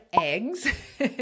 eggs